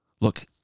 Look